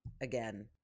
again